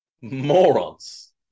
Morons